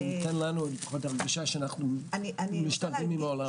זה ייתן לנו לפחות הרגשה שאנחנו משתווים עם העולם.